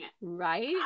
Right